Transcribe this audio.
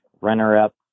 runner-up